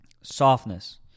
softness